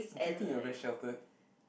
do you think you are very sheltered